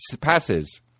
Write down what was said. passes